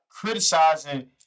criticizing